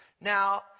Now